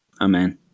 Amen